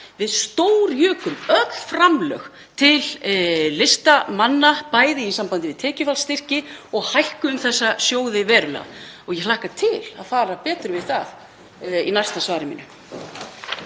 Við stórjukum öll framlög til listamanna í sambandi við tekjufallsstyrki og við hækkuðum þessa sjóði verulega. Ég hlakka til að fara betur yfir það í næsta svari mínu.